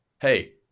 hey